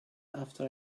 after